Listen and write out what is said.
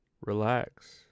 relax